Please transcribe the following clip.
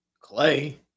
Clay